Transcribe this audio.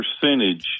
percentage